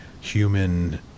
human